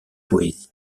poésie